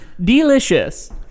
delicious